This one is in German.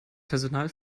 personal